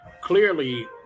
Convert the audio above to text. clearly